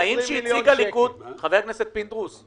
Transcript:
חבר הכנסת פינדרוס,